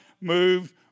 moved